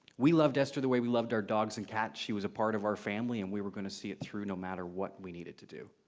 we loved esther the way we loved our dogs and cats. she was a part of our family, and we were going to see it through, no matter what we needed to do.